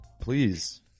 Please